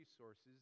resources